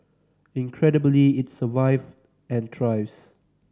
incredibly it survived and thrives